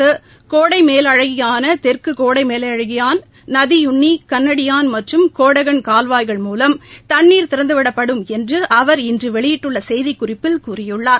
விவசாயிகளின் கோடைமேலழகியான தெற்குகோடைமேலழகியான் நதியுண்ணி கன்னடியன் மற்றும் கோடகன் கால்வாய்கள் மூவம் தண்ணீர் திறந்துவிடப்படும் என்றுஅவர் இன்றுவெளியிட்டுள்ளசெய்திக்குறிப்பில் கூறியுள்ளார்